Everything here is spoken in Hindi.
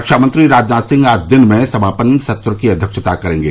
रक्षा मंत्री राजनाथ सिंह आज दिन में समापन सत्र की अध्यक्षता करेंगे